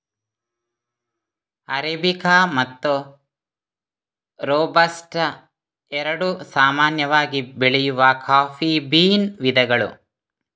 arabica ಮತ್ತು robusta ಎರಡು ಸಾಮಾನ್ಯವಾಗಿ ಬೆಳೆಯುವ ಕಾಫಿ ಬೀನ್ ವಿಧಗಳು